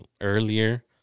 earlier